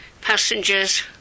passengers